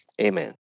Amen